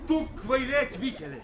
tu kvailė atvykėlė